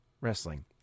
wrestling